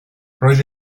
roedd